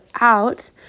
out